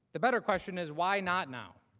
the better question is, why not now?